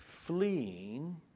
Fleeing